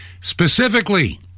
Specifically